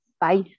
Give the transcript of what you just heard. Bye